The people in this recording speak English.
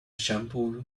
shampoo